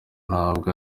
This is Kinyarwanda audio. nubwo